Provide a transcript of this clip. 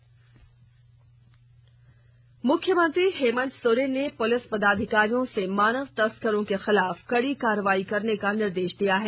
बच्ची मुक्त मुख्यमंत्री हेमंत सोरेन ने पुलिस पदाधिकारियों से मानव तस्करों के खिलाफ कड़ी कार्रवाई करने का निर्देश दिया है